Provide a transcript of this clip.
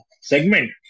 segment